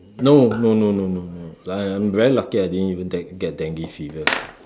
no no no no no no like I'm very lucky I didn't even get get dengue fever